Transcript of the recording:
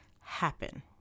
happen